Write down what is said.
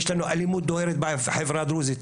יש לנו אלימות דוהרת בחברה הדרוזית,